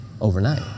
overnight